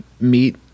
meet